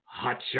Hotshot